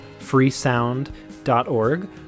freesound.org